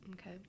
Okay